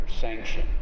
sanction